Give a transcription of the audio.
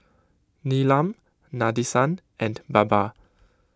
Neelam Nadesan and Baba